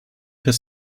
his